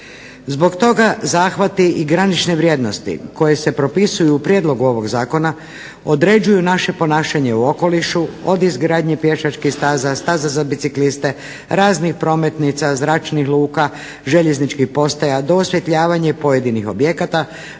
Zbog toga zahvati i granične vrijednosti koje se propisuju u Prijedlogu ovog Zakona određuju naše ponašanje u okolišu od izgradnje pješačkih staza, staza za bicikliste, raznih prometnica, zračnih luka, željezničkih postaja, do osvjetljavanje pojedinih objekata